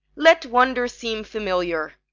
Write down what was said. let wonder seem familiar,